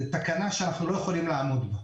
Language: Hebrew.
זאת תקנה שאנחנו לא יכולים לעמוד בה.